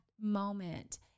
moment